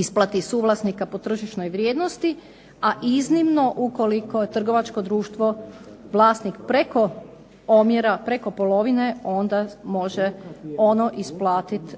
isplati suvlasnika po tržišnoj vrijednosti, a iznimno ukoliko je trgovačko društvo vlasnik preko omjera, preko polovine onda može ono isplatiti